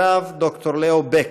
הרב ד"ר ליאו בק,